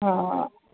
ହଁ